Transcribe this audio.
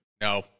No